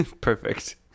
perfect